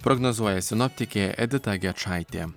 prognozuoja sinoptikė edita gečaitė